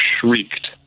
shrieked